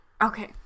Okay